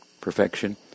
perfection